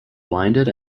blinded